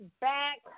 back